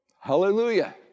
hallelujah